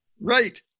Right